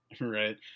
right